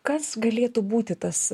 kas galėtų būti tas